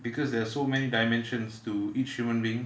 because there are so many dimensions to each human being